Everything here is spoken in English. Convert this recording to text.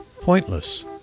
pointless